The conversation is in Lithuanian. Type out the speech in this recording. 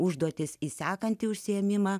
užduotis į sekantį užsiėmimą